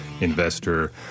investor